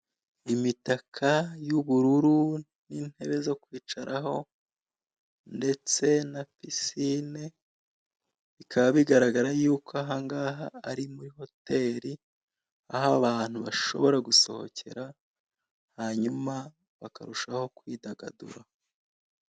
Imitaka y'ubururu n'intebe zo kwicaraho ndetse na pisine bikaba bigaragara yuko ahangaha ari muri hoteri, aho abantu bashobora gusohokere hanyuma bakarushaho kwidagadura.